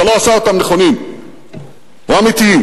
זה לא עושה אותם נכונים או אמיתיים.